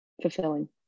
fulfilling